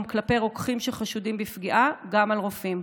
כלפי רוקחים שחשודים בפגיעה גם על רופאים,